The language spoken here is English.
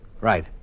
Right